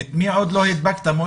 החלמה מהירה.